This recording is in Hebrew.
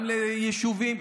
גם ביישובים,